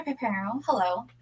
Hello